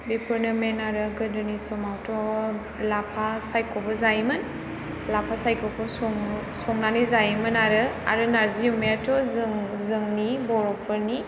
बेफोरनो मेन आरो गोदोनि समावथ' लाफा सायख'बो जायोमोन लाफा सायख'खौ संनानै जायोमोन आरो नारजि अमायाथ' जों जोंनि बर'फोरनि